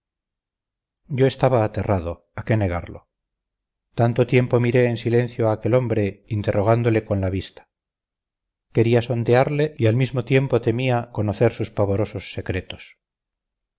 yo estaba aterrado a qué negarlo largo tiempo miré en silencio a aquel hombre interrogándole con la vista quería sondearle y al mismo tiempo temía al mismo tiempo conocer sus pavorosos secretos